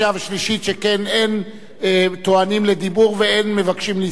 שכן אין טוענים לדיבור ואין מבקשים להסתייג,